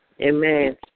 Amen